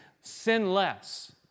sinless